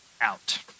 out